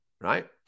Right